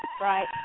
Right